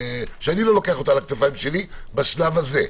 שאני לא לוקח אותה על הכתפיים שלי בשלב הזה.